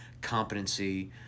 competency